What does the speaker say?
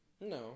No